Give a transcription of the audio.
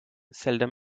seldom